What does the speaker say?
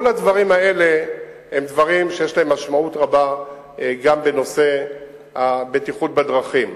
כל הדברים האלה הם דברים שיש להם משמעות רבה גם בנושא הבטיחות בדרכים.